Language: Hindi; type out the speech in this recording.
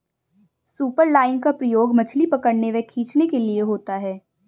सुपरलाइन का प्रयोग मछली पकड़ने व खींचने के लिए होता है